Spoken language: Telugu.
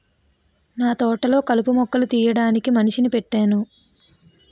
నాతోటలొ కలుపు మొక్కలు తీయడానికి మనిషిని పెట్టేను